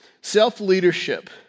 Self-leadership